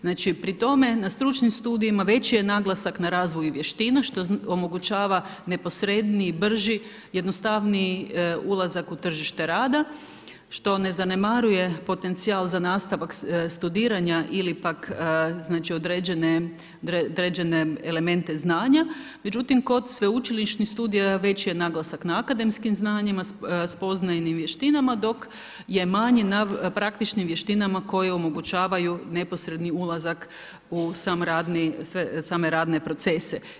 Znači pri tome na stručnim studijima veći je naglasak na razvoju vještina što omogućava neposredniji, brži, jednostavniji ulazak u tržište rada što ne zanemaruje potencijal za nastavak studiranja ili pak određene elemente znanja, međutim kod sveučilišnih studija veći je naglasak na akademskim znanjima, spoznajnim vještinama dok je manji na praktičnim vještinama koje omogućavaju neposredni ulazak usame radne procese.